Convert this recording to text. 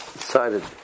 decided